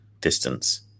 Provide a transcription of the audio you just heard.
distance